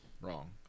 wrong